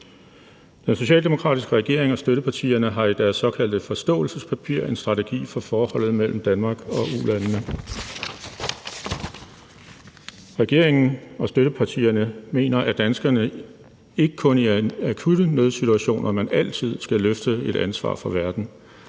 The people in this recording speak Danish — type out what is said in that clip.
Den socialdemokratiske regering og støttepartierne har i deres såkaldte forståelsespapir en strategi for forholdet mellem Danmark og ulandene. Regeringen og støttepartierne mener, at danskerne ikke kun i akutte nødsituationer, men altid, skal løfte et ansvar for verden.